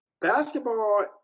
basketball